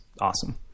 awesome